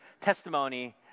testimony